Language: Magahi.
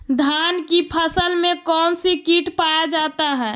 धान की फसल में कौन सी किट पाया जाता है?